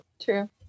True